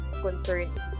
concerned